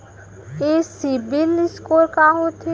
ये सिबील स्कोर का होथे?